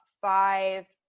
five